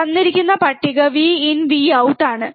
തന്നിരിക്കുന്ന പട്ടിക Vin Vout ആണ്